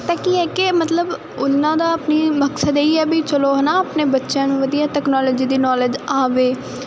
ਤਾਂ ਕੀ ਹੈ ਕਿ ਮਤਲਬ ਉਹਨਾਂ ਦਾ ਆਪਣਾ ਮਕਸਦ ਇਹੀ ਹੈ ਵੀ ਚਲੋ ਹੈ ਨਾ ਆਪਣੇ ਬੱਚਿਆਂ ਨੂੰ ਵਧੀਆ ਤਕਨੋਲੋਜੀ ਦੀ ਨੌਲੇਦ ਆਵੇ